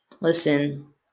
Listen